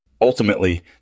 Ultimately